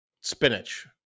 spinach